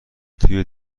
توی